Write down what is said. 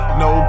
no